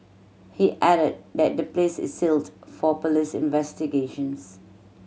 he added that the place is sealed for police investigations